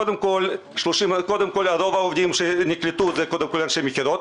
קודם כול, רוב העובדים שנקלטו הם אנשי מכירות